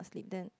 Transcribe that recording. sleep then